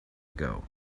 ago